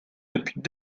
depuis